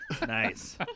Nice